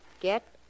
Get